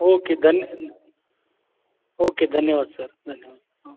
okay धन्य okay धन्यवाद sir धन्यवाद हो